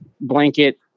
blanket